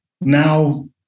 Now